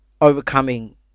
Overcoming